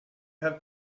have